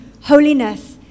holiness